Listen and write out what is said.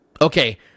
Okay